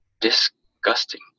Disgusting